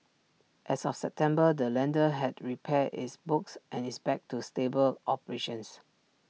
as of September the lender had repaired its books and is back to stable operations